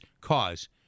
cause